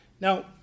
Now